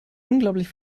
unglaublich